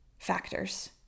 factors